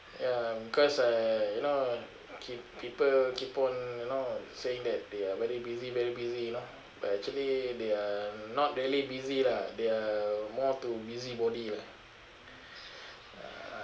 ya because I you know keep people keep on you know saying that they are very busy very busy you know but actually they are not really busy lah they are more to busybody lah uh